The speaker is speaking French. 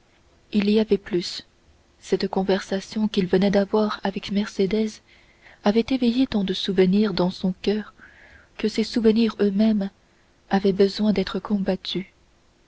il y avait plus cette conversation qu'il venait d'avoir avec mercédès avait éveillé tant de souvenirs dans son coeur que ces souvenirs eux-mêmes avaient besoin d'être combattus